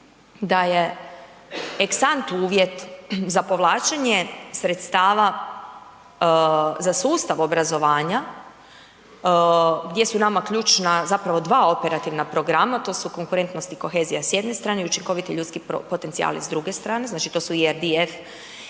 da je ex ante uvjet za povlačenje sredstava za sustav obrazovanja gdje su nama ključna zapravo dva operativna programa a to su konkurentnost i kohezija sa jedne strane i učinkoviti ljudski potencijali sa s druge strane, znači .../Govornik